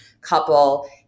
couple